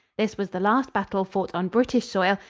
this was the last battle fought on british soil,